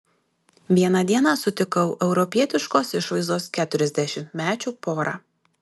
vieną dieną sutikau europietiškos išvaizdos keturiasdešimtmečių porą